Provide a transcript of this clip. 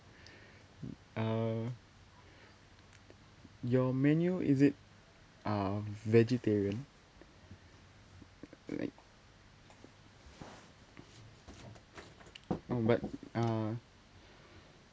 err your menu is it err vegetarian like oh but uh